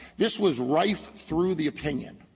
this was rife through the opinion,